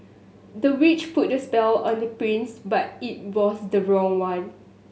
the witch put a spell on the prince but it was the wrong one